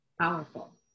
powerful